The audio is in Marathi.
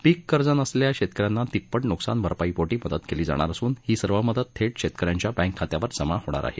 पिक कर्ज नसलेल्या शेतकऱ्यांना तिप्पट नुकसान भरपाईपोटी मदत दिली जाणार असून ही सर्व मदत थेट शेतकऱ्यांच्या बँक खात्यावर जमा होणार आहे